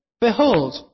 Behold